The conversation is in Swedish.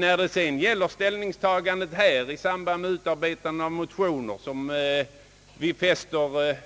När det sedan gäller utarbetandet av motioner, som man fäster